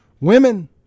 Women